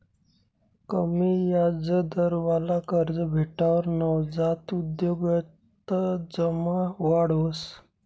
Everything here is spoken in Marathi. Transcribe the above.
कमी याजदरवाला कर्ज भेटावर नवजात उद्योजकतामा वाढ व्हस